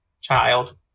child